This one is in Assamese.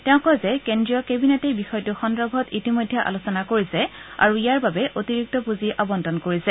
তেওঁ কয় যে কেন্দ্ৰীয় কেবিনেটে বিষয়টো সন্দৰ্ভত ইতিমধ্যে আলোচনা কৰিছে আৰু ইয়াৰ বাবে অতিৰিক্ত পূঁজি আবণ্টন কৰিছে